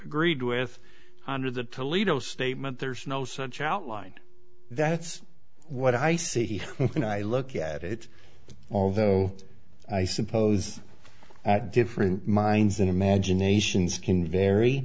agreed with honor that toledo statement there's no such outline that's what i see when i look at it although i suppose at different minds in imaginations can vary